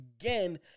again